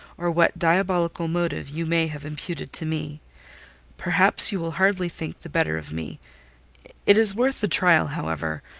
or what diabolical motive you may have imputed to me perhaps you will hardly think the better of me it is worth the trial however,